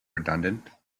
redundant